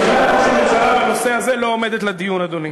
עמדת ראש הממשלה בנושא הזה לא עומדת לדיון, אדוני.